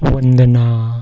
वंदना